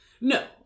no